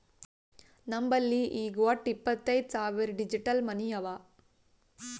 ನಮ್ ಬಲ್ಲಿ ಈಗ್ ವಟ್ಟ ಇಪ್ಪತೈದ್ ಸಾವಿರ್ ಡಿಜಿಟಲ್ ಮನಿ ಅವಾ